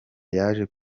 yaje